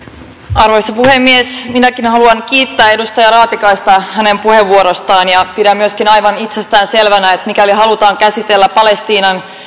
arvoisa puhemies minäkin haluan kiittää edustaja raatikaista hänen puheenvuorostaan ja pidän myöskin aivan itsestäänselvänä että mikäli halutaan käsitellä palestiinan